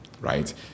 right